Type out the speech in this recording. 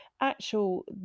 actual